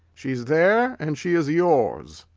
she's there, and she is yours.